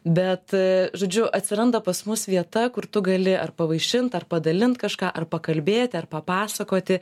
bet žodžiu atsiranda pas mus vieta kur tu gali ar pavaišint ar padalint kažką ar pakalbėt ar papasakoti